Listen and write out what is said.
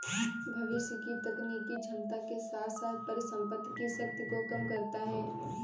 भविष्य की तकनीकी क्षमता के साथ साथ परिसंपत्ति की शक्ति को कम करता है